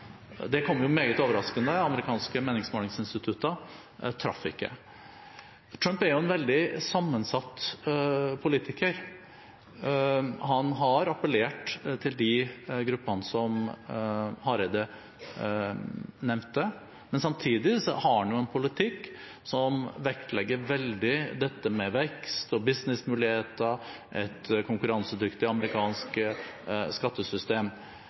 Det kom meget overraskende – amerikanske meningsmålingsinstitutter traff ikke. Trump er en veldig sammensatt politiker. Han har appellert til de gruppene som Hareide nevnte, men samtidig har han en politikk som vektlegger veldig dette med vekst, businessmuligheter og et konkurransedyktig amerikansk skattesystem.